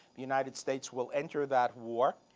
the united states will enter that war.